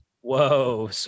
Whoa